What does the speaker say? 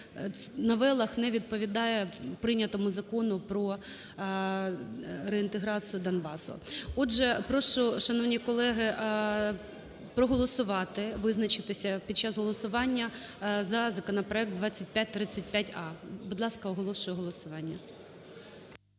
новелах не відповідає прийнятому Закону про реінтеграцію Донбасу. Отже, прошу, шановні колеги, проголосувати, визначитися під час голосування за законопроект 2535а. Будь ласка, оголошую голосування.